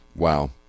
Wow